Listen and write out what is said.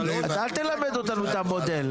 אל תלמד אותנו את המודל.